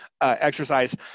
exercise